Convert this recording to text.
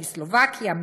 מסלובקיה,